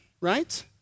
right